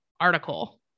article